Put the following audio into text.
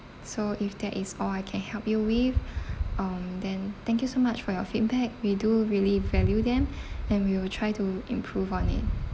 so if that is all I can help you with um then thank you so much for your feedback we do really value them and we will try to improve on it